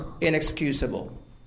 inexcusable